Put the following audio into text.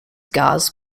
gas